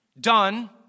done